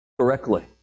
correctly